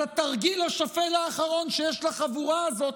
אז התרגיל השפל האחרון שיש לחבורה הזאת,